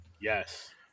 Yes